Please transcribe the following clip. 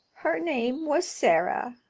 her name was sarah,